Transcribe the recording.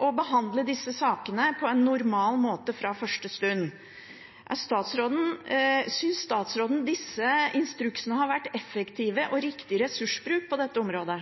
å behandle disse sakene på en normal måte fra første stund. Synes statsråden disse instruksene har vært effektiv og riktig ressursbruk på dette området?